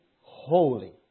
holy